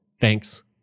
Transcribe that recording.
Thanks